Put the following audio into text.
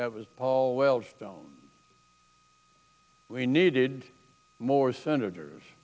that was paul wellstone we needed more senators